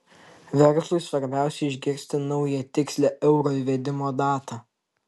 verslui svarbiausia išgirsti naują tikslią euro įvedimo datą